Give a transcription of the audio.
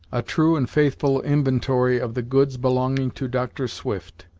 a true and faithful inventory of the goods belonging to dr. swift,